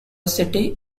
city